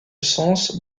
sens